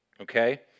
Okay